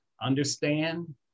understand